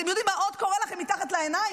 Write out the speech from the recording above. אתם יודעים מה עוד קורה לכם מתחת לעיניים?